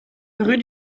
rue